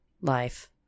life